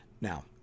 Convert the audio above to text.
Now